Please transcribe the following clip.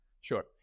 Sure